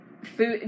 food